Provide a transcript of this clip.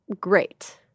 great